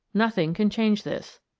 nothing can change this.